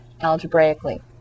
algebraically